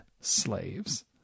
slaves